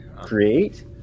create